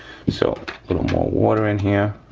so little more water in here,